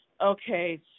Okay